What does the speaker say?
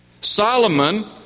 Solomon